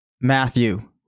Matthew